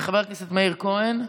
מאיר כהן,